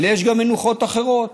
אבל יש גם מנוחות אחרות,